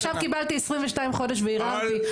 עכשיו קיבלתי 22 חודש וערערתי,